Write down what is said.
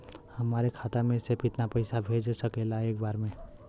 हमरे खाता में से कितना पईसा भेज सकेला एक बार में?